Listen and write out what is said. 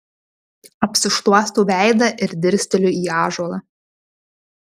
apsišluostau veidą ir dirsteliu į ąžuolą